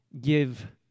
give